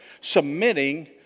submitting